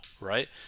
right